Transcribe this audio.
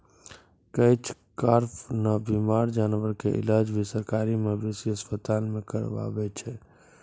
catch कार्प नॅ बीमार जानवर के इलाज भी सरकारी मवेशी अस्पताल मॅ करावै छै